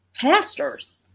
pastors